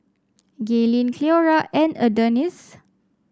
Gaylene Cleora and Adonis